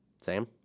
Sam